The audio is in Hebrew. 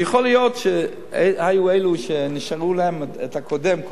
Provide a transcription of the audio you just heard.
שיכול להיות שהיו אלה שנשאר להם הקודם,